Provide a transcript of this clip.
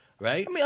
right